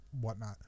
whatnot